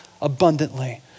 abundantly